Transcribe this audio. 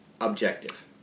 objective